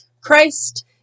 Christ